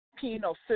penal